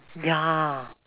ya